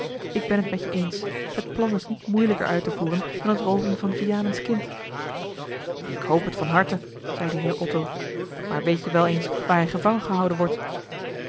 ik ben het met u eens het plan is niet moeilijker uit te voeren dan het rooven van vianens kind ik hoop het van harte zeide heer otto maar weet ge wel eens waar hij gevangen gehouden wordt